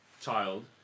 child